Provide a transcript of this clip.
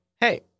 hey